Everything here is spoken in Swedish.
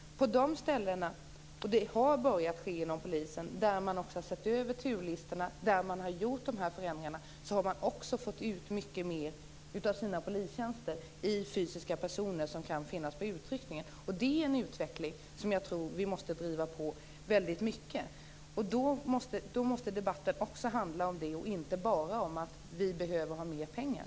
Detta har också börjat ske inom polisen. Där man har sett över turlistorna och gjort förändringar har man fått ut mycket mer av sina polistjänster i form av fysiskt närvarande personer, som kan rycka ut. Jag menar att vi väldigt mycket måste driva på denna utveckling. Debatten måste handla också om detta, inte bara om att vi behöver ha mer pengar.